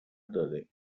داره